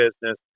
business